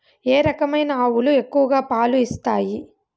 ఏ రకమైన ఆవులు ఎక్కువగా పాలు ఇస్తాయి?